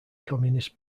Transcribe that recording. communist